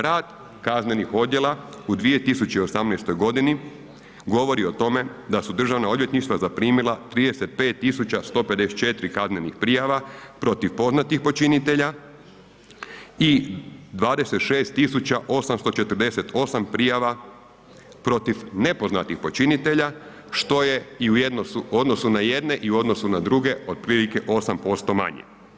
Rad kaznenih odjela u 2018.g. govori o tome da su državna odvjetništva zaprimila 35154 kaznenih prijava protiv poznatih počinitelja i 26848 prijava protiv nepoznatih počinitelja, što je i u odnosu na jedne i u odnosu na druge otprilike 8% manji.